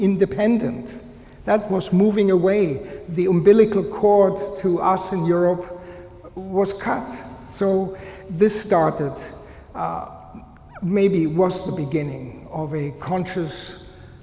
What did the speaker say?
independent that was moving away the umbilical cord to us and europe was caught so this started maybe once the beginning of very conscious